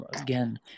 again